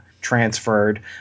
transferred